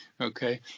okay